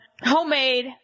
homemade